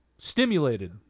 Stimulated